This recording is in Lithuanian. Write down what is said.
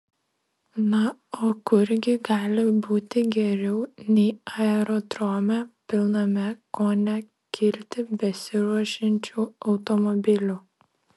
na o kur gi gali būti geriau nei aerodrome pilname ko ne kilti besiruošiančių automobilių